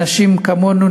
אנשים כמונו,